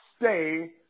stay